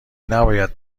نباید